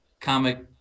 comic